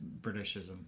Britishism